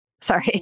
Sorry